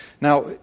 Now